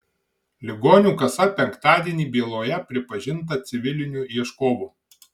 ligonių kasa penktadienį byloje pripažinta civiliniu ieškovu